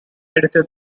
edited